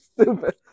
stupid